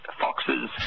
foxes